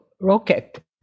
rocket